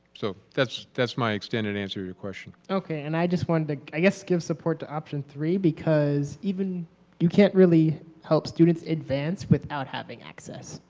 so that's that's my extended answer to your question. okay, and i just wanted to, i guess, give support to option three because even you can't really help students advance without having access,